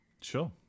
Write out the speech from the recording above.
Sure